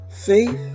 Faith